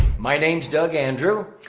my name is doug andrew.